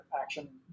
action